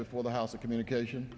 before the house of communication